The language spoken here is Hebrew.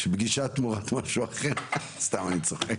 פגישה תמורת משהו אחר, סתם אני צוחק.